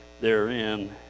therein